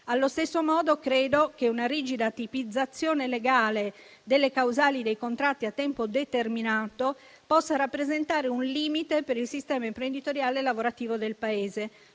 Allo stesso modo, credo che una rigida tipizzazione legale delle causali dei contratti a tempo determinato possa rappresentare un limite per il sistema imprenditoriale e lavorativo del Paese.